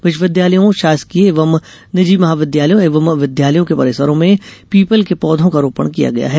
विश्वविदयालयों शासकीय एवं निजी महाविद्यालयों एवं विद्यालयों के परिसरों में पीपल के पौधों का रोपण किया गया है